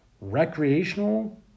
recreational